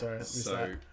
sorry